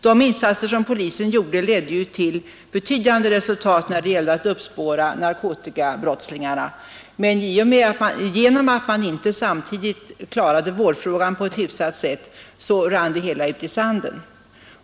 De insatser som polisen gjorde ledde till betydande resultat när det gällde att uppspåra narkotikabrottslingarna, men genom att man inte samtidigt klarade vårdfrågan hyfsat rann det hela ut i sanden.